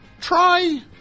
try